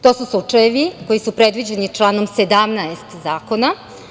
To su slučajevi koji su predviđeni članom 17. zakona.